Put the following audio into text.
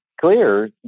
clear